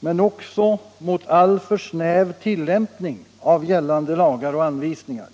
men också mot alltför snäv tillämpning av gällande lagar och anvisningar.